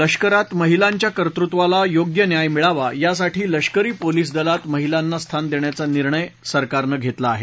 लष्करात महिलांच्या कर्तृत्वाला योग्य न्याय मिळावा यासाठी लष्करी पोलिस दलात महिलांना स्थान देण्याचा निर्णय सरकारनं घेतला आहे